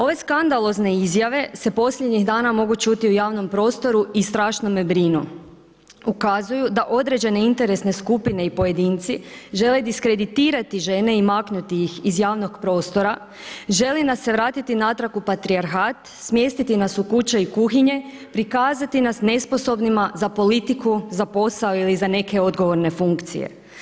Ove skandalozne izjave se posljednjih dana mogu ćuti u javnom prostoru i strašno me brinu, ukazuju da određene interesne skupine i pojedinci, žele dikreditirati žene i maknuti ih iz javnog prostora, želi nas se vratiti natrag u patrijarhat, smjestiti nas u kuće i kuhinje, prikazati nas nesposobnima, za politiku, za posao ili za neke odgovorne funkcije.